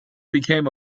became